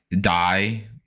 die